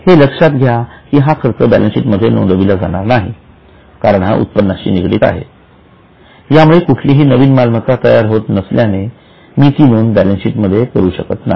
हे लक्षात घ्या की हा खर्च बॅलन्स शीट मध्ये नोंदविला जाणार नाही कारण हा उत्पन्नाशी निगडित आहे यामुळे कुठलीही नवीन मालमत्ता तयार होत नसल्याने मी ती नोंद बॅलन्स शीट मध्ये करू शकत नाही